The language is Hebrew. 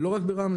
ולא רק ברמלה.